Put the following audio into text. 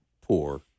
poor